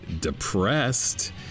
depressed